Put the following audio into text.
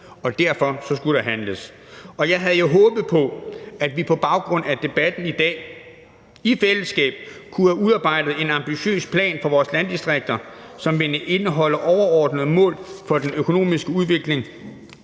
Derfor skulle der handles. Jeg havde jo håbet på, at vi i fællesskab og på baggrund af debatten i dag kunne have udarbejdet en ambitiøs plan for vores landdistrikter, som ville indeholde overordnede mål for den økonomiske udvikling